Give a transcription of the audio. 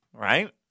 Right